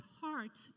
heart